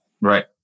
Right